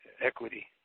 equity